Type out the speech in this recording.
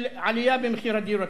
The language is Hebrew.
על עלייה במחיר הדיור הציבורי.